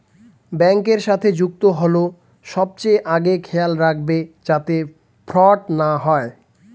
ব্যাংকের সাথে যুক্ত হল সবচেয়ে আগে খেয়াল রাখবে যাতে ফ্রড না হয়